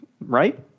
right